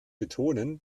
betonen